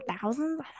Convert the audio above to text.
thousands